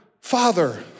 father